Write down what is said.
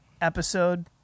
episode